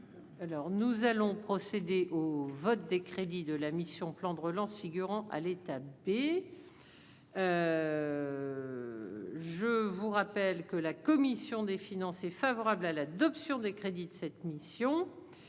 nous allons procéder au vote des crédits de la mission, plan de relance figurant à l'étape et je vous rappelle que la commission des finances, est favorable à l'adoption des crédits de cette mission